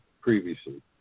previously